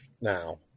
now